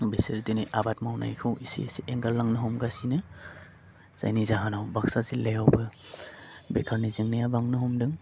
बिसोर दिनै आबाद मावनायखौ इसे इसे एंगार लांनो हमगासिनो जायनि जाहोनाव बाक्सा जिल्लायावबो बेखारनि जेंनाया बांनो हमदों